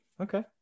Okay